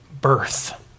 birth